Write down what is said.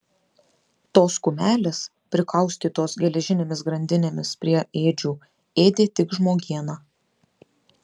tos kumelės prikaustytos geležinėmis grandinėmis prie ėdžių ėdė tik žmogieną